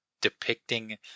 depicting